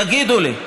תגידו לי,